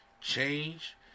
change